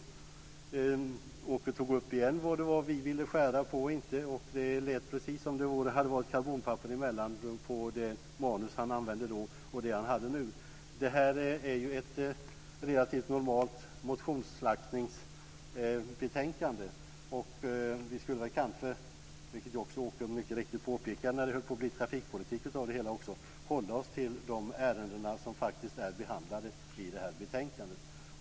Åke Gustavsson tog återigen upp vad vi ville skära i och inte skära i. Det lät precis som om det hade varit karbonpapper emellan på det manus han använde då och det han har nu. Detta är ett relativt normalt motionsslaktningsbetänkande. Vi skulle väl kanske - vilket Åke Gustavsson mycket riktigt påpekade när det höll på att trafikpolitik av det hela - hålla oss till de ärenden som är behandlade i betänkandet.